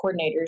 coordinators